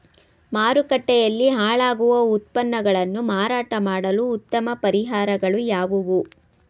ಮಾರುಕಟ್ಟೆಯಲ್ಲಿ ಹಾಳಾಗುವ ಉತ್ಪನ್ನಗಳನ್ನು ಮಾರಾಟ ಮಾಡಲು ಉತ್ತಮ ಪರಿಹಾರಗಳು ಯಾವುವು?